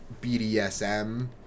BDSM